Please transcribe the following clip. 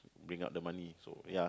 bring up the money so ya